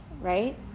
right